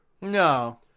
No